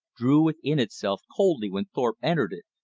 drew within itself coldly when thorpe entered it.